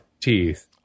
teeth